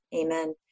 Amen